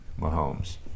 Mahomes